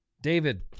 David